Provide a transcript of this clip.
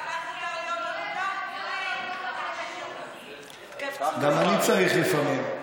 רק לך מותר להיות, גם אני צריך לפעמים.